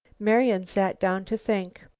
marian sat down to think.